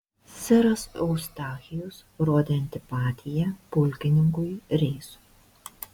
seras eustachijus rodė antipatiją pulkininkui reisui